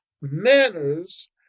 manners